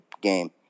game